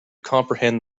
comprehend